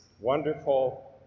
wonderful